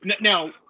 now